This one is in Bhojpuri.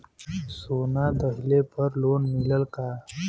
सोना दहिले पर लोन मिलल का?